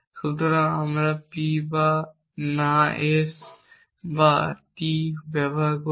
সুতরাং আমরা P বা না S বা T ব্যবহার করি